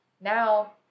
now